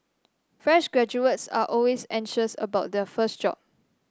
fresh graduates are always anxious about their first job